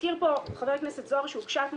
הזכיר פה חבר הכנסת זוהר שהוגשה אתמול